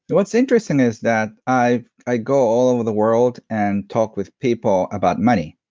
but what's interesting is that, i i go all over the world and talk with people about money,